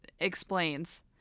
explains